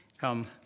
come